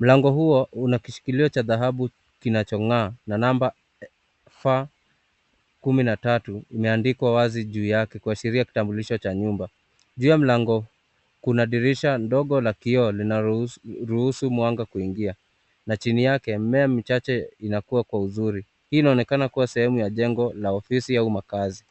Mlango huwo unashikilio cha dhahabu kilicho ngaa na number...kumi na tatu imeandikwa wazi juu yake kuhashiria kitambulisho cha nyumba. Juu ya mlango, kuna dirisha ndogo la kio linalo ruhusu mwanga kuingia, na chini yake, mimea mchache inakuwa kwa uzuri. Hii inaonekana kuwa sehemu ya jengo la ofisi au makazi.